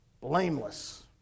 Blameless